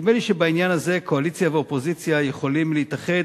נדמה לי שבעניין הזה קואליציה ואופוזיציה יכולות להתאחד,